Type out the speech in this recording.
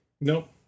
Nope